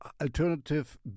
alternative